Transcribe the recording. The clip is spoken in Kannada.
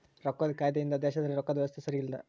ರೊಕ್ಕದ್ ಕಾಯ್ದೆ ಇಂದ ದೇಶದಲ್ಲಿ ರೊಕ್ಕದ್ ವ್ಯವಸ್ತೆ ಸರಿಗ ಇರುತ್ತ